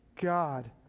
God